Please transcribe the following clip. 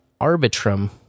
Arbitrum